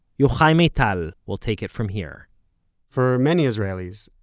yochai maital will take it from here for many israelis,